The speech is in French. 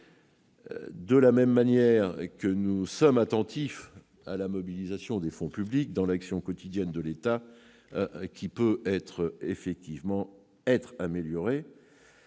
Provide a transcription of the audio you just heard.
De la même manière, nous sommes attentifs à la mobilisation des fonds publics dans l'action quotidienne de l'État, qui peut effectivement être améliorée.